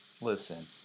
Listen